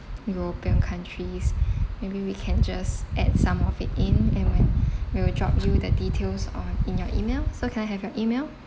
european countries maybe we can just add some of it in and when we will drop you the details on in your email so can I have your email